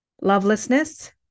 lovelessness